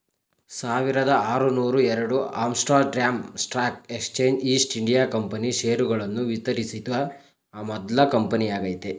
ಸಾವಿರದಆರುನೂರುಎರಡು Amsterdam stock exchange East India Company ಷೇರುಗಳನ್ನು ವಿತರಿಸಿದ ಮೊದ್ಲ ಕಂಪನಿಯಾಗೈತೆ